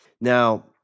Now